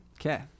Okay